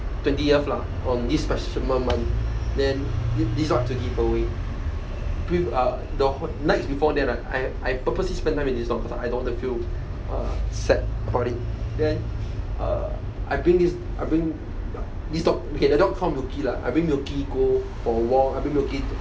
twentieth lah on this special moment then decide to give away pre~ uh the w~ night before that I I I purposely spend time with this dog because I don't want to feel uh sad about it then err I bring this I bring this dog okay the dog call milky lah I bring milky for a walk I bring milky